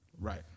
right